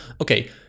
okay